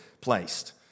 placed